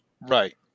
right